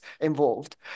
involved